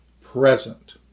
present